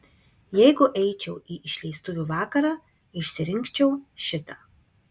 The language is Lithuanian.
jeigu eičiau į išleistuvių vakarą išsirinkčiau šitą